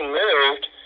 moved